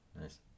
Nice